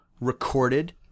recorded